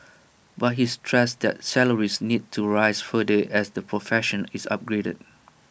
but he stressed that salaries need to rise further as the profession is upgraded